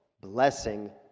blessing